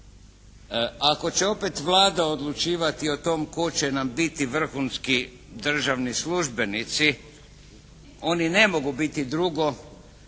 ako će opet Vlada odlučivati o tome tko će nam biti vrhunski državni službenici oni ne mogu biti drugo